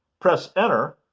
press enter